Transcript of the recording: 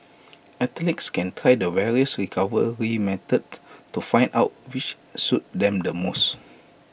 athletes can try the various recovery methods to find out which suits them the most